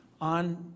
on